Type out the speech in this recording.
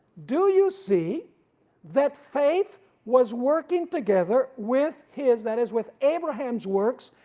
do you see that faith was working together with his, that is with abraham's works,